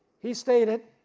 he stated.